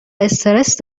استرس